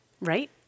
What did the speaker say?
Right